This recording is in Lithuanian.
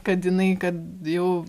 kad jinai kad jau